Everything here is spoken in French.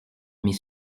mes